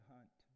Hunt